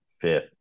fifth